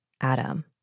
Adam